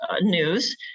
news